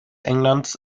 englands